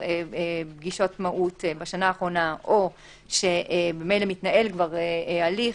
פגישות מהו"ת בשנה האחרונה או שממילא מתנהל הליך,